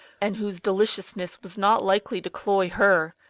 and whose deliciousness was not likely to cloy her.